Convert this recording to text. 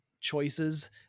choices